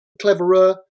cleverer